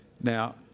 Now